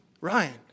Ryan